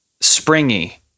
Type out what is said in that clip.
springy